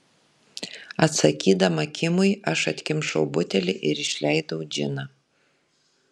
atsakydama kimui aš atkimšau butelį ir išleidau džiną